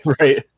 right